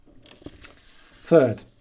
Third